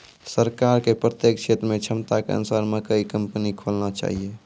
सरकार के प्रत्येक क्षेत्र मे क्षमता के अनुसार मकई कंपनी खोलना चाहिए?